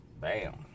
bam